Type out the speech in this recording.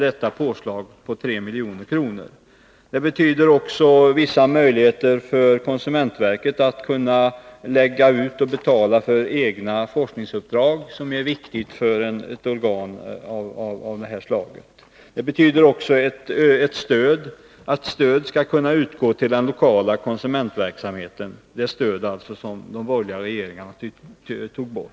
Det betyder också vissa möjligheter för konsumentverket att kunna lägga ut och betala för egna forskningsuppdrag, vilket är viktigt för ett organ av detta slag. Det innebär också att stöd skall kunna utgå till den lokala konsumentverksamheten -— ett stöd som alltså den borgerliga regeringen tog bort.